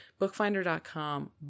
bookfinder.com